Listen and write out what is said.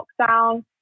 lockdown